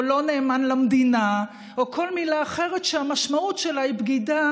לא נאמן למדינה או כל מילה אחרת שהמשמעות שלה היא בגידה,